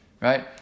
right